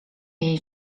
jej